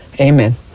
Amen